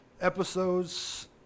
episodes